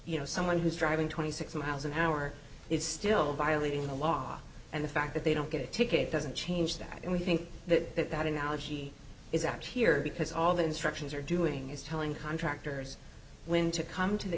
you know someone who's driving twenty six miles an hour is still violating the law and the fact that they don't get a ticket doesn't change that and we think that that analogy is out here because all the instructions are doing is telling contractors when to come to the